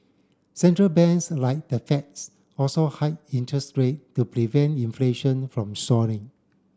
central banks like the Feds also hiked interest rate to prevent inflation from soaring